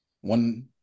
one